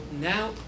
now